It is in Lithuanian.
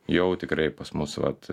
jau tikrai pas mus vat